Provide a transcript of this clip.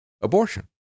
Abortion